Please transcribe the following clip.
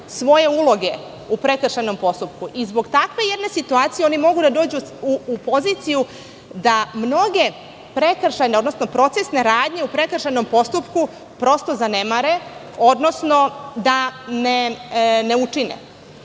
svoje uloge u prekršajnom postupku, i zbog takve jedne situacije oni mogu da dođu u poziciju da mnoge prekršajne, odnosno procesne radnje u prekršajnom postupku prosto zanemare, odnosno da ne učine,